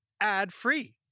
ad-free